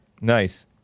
Nice